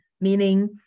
Meaning